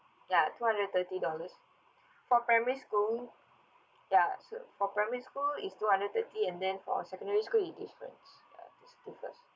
ya two hundred and thirty dollars for primary school ya so for primary school is two hundred thirty and then for secondary school is different ya it differs